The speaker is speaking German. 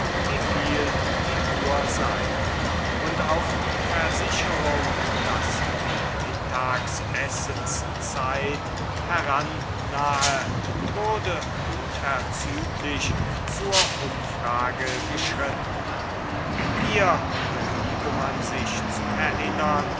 wieviel die uhr sei und auf die versicherung daß die mittagsessenszeit herannahe wurde unverzüglich zur umfrage geschritten hier beliebe man sich zu erinnern